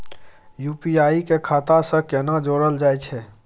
UPI के खाता सं केना जोरल जाए छै?